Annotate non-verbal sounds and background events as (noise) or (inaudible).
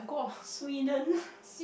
Sweden (laughs)